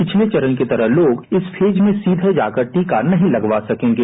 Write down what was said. पिछले चरण की तरह लोग फेज में जाकर टीका नहीं लगावा सकेंगे